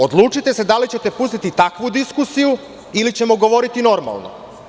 Odlučite se da li ćete pustiti takvu diskusiju ili ćemo govoriti normalno.